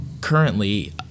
currently